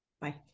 bye